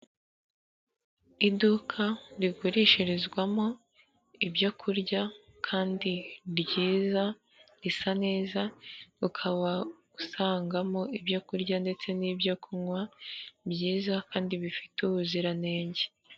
Iduka rigurishirizwamo ibyo kurya kandi ni ryiza, risa neza, ukaba usangamo ibyo kurya ndetse n'ibyo kunywa byiza kandi bifite ubuziranenge.